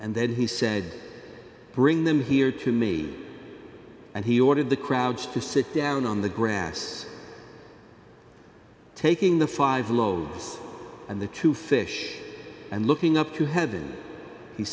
and then he said bring them here to me and he ordered the crowds to sit down on the grass taking the five loaves and the two fish and looking up to heaven he